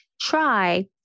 try